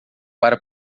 para